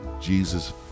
Jesus